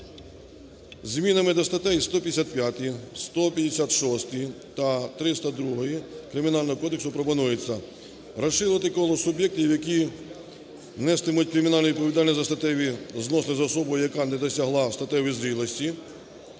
Змінами до статей 155-ї, 156-ї та 302-ї Кримінального кодексу пропонується розширити коло суб'єктів, які нестимуть кримінальну відповідальність за статеві зносини з особою, яка не досягла статевої